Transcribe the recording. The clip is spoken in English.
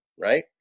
right